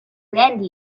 band